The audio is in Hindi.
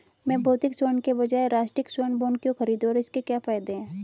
मैं भौतिक स्वर्ण के बजाय राष्ट्रिक स्वर्ण बॉन्ड क्यों खरीदूं और इसके क्या फायदे हैं?